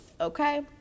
Okay